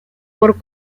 por